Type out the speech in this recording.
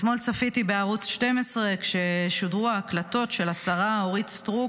אתמול צפיתי בערוץ 12 כששודרו ההקלטות של השרה אורית סטרוק